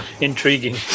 intriguing